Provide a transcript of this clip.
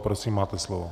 Prosím máte slovo.